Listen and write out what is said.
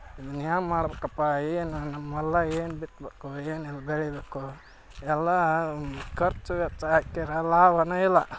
ಇದನ್ನು ಏನು ಮಾಡಬೇಕಪ್ಪ ಏನು ನಮ್ಮ ಹೊಲ್ದಾಗ್ ಏನು ಬಿತ್ತಬೇಕು ಏನು ಬೆಳಿಬೇಕು ಎಲ್ಲ ಖರ್ಚು ವೆಚ್ಚ ಹಾಕಿರ ಲಾಭವೇ ಇಲ್ಲ